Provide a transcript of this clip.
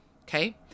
okay